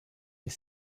est